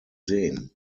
sehen